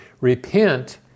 Repent